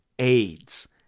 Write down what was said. AIDS